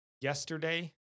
yesterday